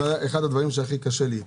זה אחד הדברים שהכי קשה לי איתם.